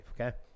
okay